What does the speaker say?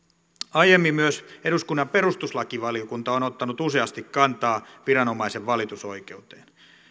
aiemmin myös eduskunnan perustuslakivaliokunta on on ottanut useasti kantaa viranomaisen valitusoikeuteen